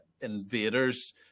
invaders